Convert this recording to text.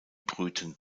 brüten